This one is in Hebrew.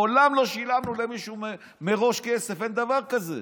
מעולם לא שילמנו למישהו מראש כסף, אין דבר כזה.